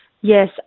yes